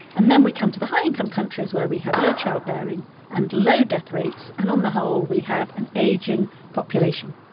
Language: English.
and then we come to the high-income countries, where we have low childbearing and low death rates, and on the whole, we have an aging population